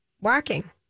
Walking